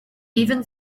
even